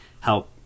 help